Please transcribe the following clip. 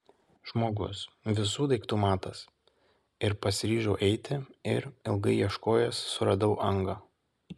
žmogus visų daiktų matas ir pasiryžau eiti ir ilgai ieškojęs suradau angą